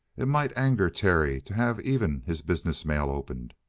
it might anger terry to have even his business mail opened.